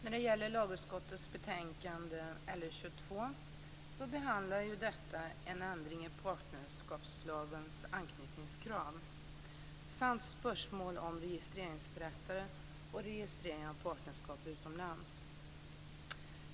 Fru talman! Lagutskottets betänkande LU22 behandlar en ändring i partnerskapslagens anknytningskrav samt spörsmål om registreringsförrättare och registrering av partnerskap utomlands.